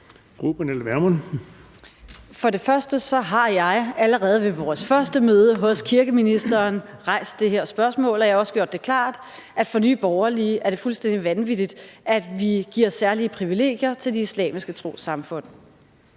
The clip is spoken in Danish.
vil jeg sige, at jeg allerede ved vores første møde hos kirkeministeren rejste det her spørgsmål, og jeg gjorde det også klart, at for Nye Borgerlige er det fuldstændig vanvittigt, at vi giver særlige privilegier til de islamiske trossamfund.